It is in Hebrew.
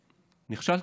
נכשלת.